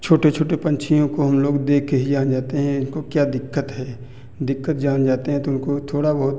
छोटे छोटे पंछियों को हम लोग देख के ही जान जाते हैं इनको क्या दिक्कत है दिक्कत जान जाते हैं तो उनको थोड़ा बहुत